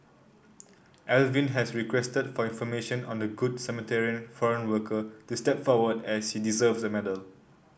Alvin has requested for information on the Good Samaritan foreign worker to step forward as she deserves a medal